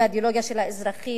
היא האידיאולוגיה של האזרחים,